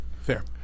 Fair